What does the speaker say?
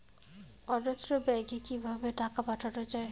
অন্যত্র ব্যংকে কিভাবে টাকা পাঠানো য়ায়?